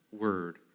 word